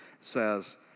says